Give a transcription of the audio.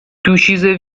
دوشیزه